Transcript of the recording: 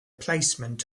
placement